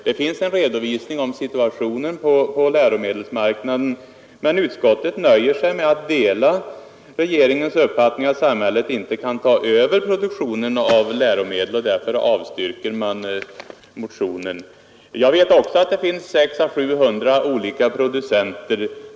Det finns en redovisning om situationen på läromedelsmarknaden, men utskottet nöjer sig med att dela regeringens uppfattning att samhället inte kan ta över produktionen av läromedel, och därför avstyrker man motionen. Jag vet också att det finns 600 å 700 olika producenter.